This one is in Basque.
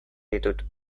ditut